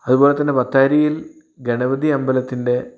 അതുപോലെത്തന്നെ ബത്തേരിയിൽ ഗണപതി അമ്പലത്തിന്റെ